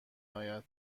آید